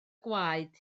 gwaed